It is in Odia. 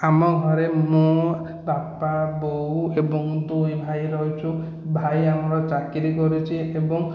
ଆମ ଘରେ ମୁଁ ବାପା ବୋଉ ଏବଂ ଦୁଇ ଭାଇ ରହୁଛୁ ଭାଇ ଆମର ଚାକିରି କରୁଛି ଏବଂ